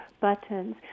buttons